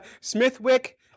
Smithwick